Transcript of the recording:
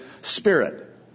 spirit